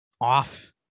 off